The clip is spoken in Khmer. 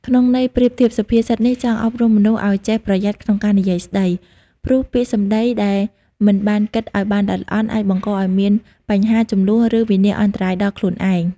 ក្នុងន័យប្រៀបធៀប សុភាសិតនេះចង់អប់រំមនុស្សឲ្យចេះប្រយ័ត្នក្នុងការនិយាយស្ដី ព្រោះពាក្យសម្ដីដែលមិនបានគិតឲ្យបានល្អិតល្អន់ អាចបង្កឲ្យមានបញ្ហា ជម្លោះ ឬវិនាសអន្តរាយដល់ខ្លួនឯង។